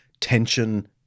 tension